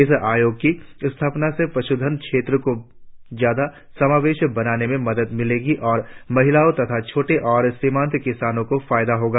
इस आयोग की स्थापना से पशुधन क्षेत्र को ज्यादा समावेश बनाने में मदद मिलेगी और महिलाओं तथा छोटे और सीमांत किसानों को फायदा होगा